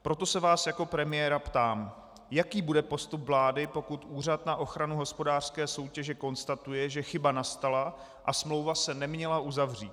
Proto se vás jako premiéra ptám, jaký bude postup vlády, pokud Úřad na ochranu hospodářské soutěže konstatuje, že chyba nastala a smlouva se neměla uzavřít.